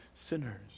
sinners